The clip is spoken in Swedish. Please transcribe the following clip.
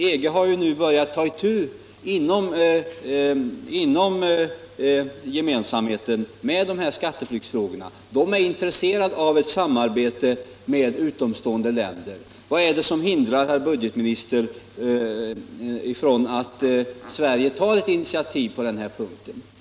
EG har nu inom gemenskapen börjat ta itu med de här skatteflyktsfrågorna, och man är intresserad av ett samarbete med utomstående länder. Vad är det som hindrar, herr budgetminister, att Sverige tar ett initiativ på den här punkten?